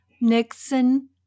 Nixon